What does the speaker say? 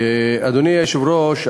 אדוני היושב-ראש,